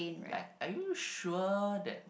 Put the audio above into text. like are you sure that